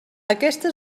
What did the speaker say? aquesta